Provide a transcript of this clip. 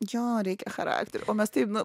jo reikia charakterio o mes taip nu